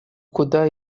куда